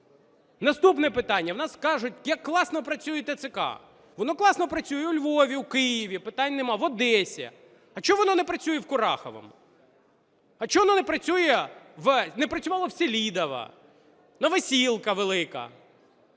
Наступне питання. В нас кажуть: як класно працює ТЦК. Воно класно працює у Львові, у Києві, питань немає, в Одесі. А чого воно не працює в Кураховому? А чого воно не працює... не працювало в